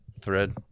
thread